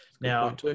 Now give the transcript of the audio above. now